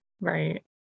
Right